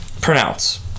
pronounce